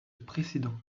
précédant